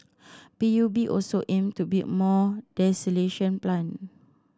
P U B also aim to build more desalination plant